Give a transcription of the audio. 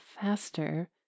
faster